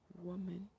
woman